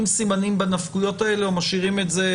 סימנים בנפקויות האלה או משאירים את זה